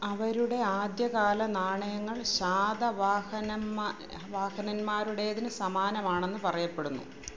അവരുടെ ആദ്യകാല നാണയങ്ങൾ ശാതവാഹനമ്മ വാഹനന്മാരുടേതിന് സമാനമാണെന്ന് പറയപ്പെടുന്നു